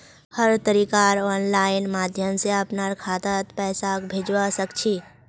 हर तरीकार आनलाइन माध्यम से अपनार खातात पैसाक भेजवा सकछी